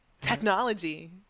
technology